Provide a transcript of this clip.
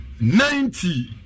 ninety